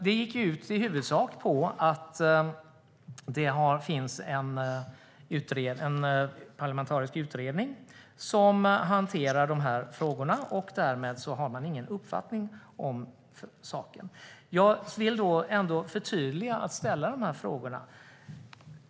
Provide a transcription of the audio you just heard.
Det gick i huvudsak ut på att det finns en parlamentarisk utredning som hanterar dessa frågor. Därmed har man ingen uppfattning om saken. Jag ville ändå göra ett förtydligande och ställa dessa frågor.